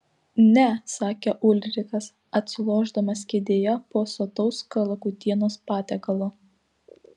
ne sakė ulrikas atsilošdamas kėdėje po sotaus kalakutienos patiekalo